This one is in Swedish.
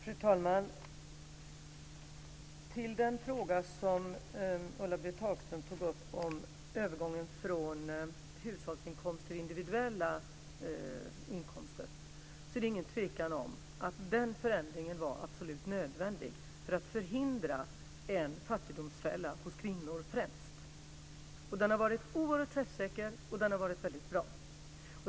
Fru talman! Jag går till den fråga som Ulla-Britt Hagström tog upp om övergången från hushållsinkomster till individuella inkomster. Det är ingen tvekan om att den förändringen var absolut nödvändig för att förhindra en fattigdomsfälla hos främst kvinnor. Den har varit oerhört träffsäker och väldigt bra.